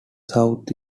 south